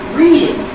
reading